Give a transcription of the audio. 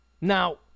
now